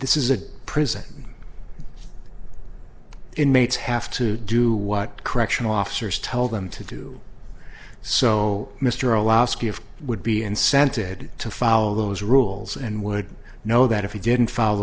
this is a prison inmates have to do what correctional officers tell them to do so mr alaska would be incented to follow those rules and would know that if he didn't follow